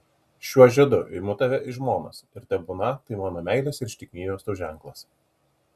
šiuo žiedu imu tave į žmonas ir tebūna tai mano meilės ir ištikimybės tau ženklas